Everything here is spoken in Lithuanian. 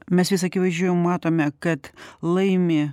mes vis akivaizdžiau matome kad laimi